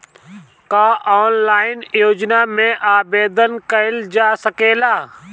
का ऑनलाइन योजना में आवेदन कईल जा सकेला?